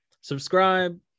subscribe